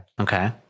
Okay